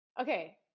Okay